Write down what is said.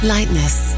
Lightness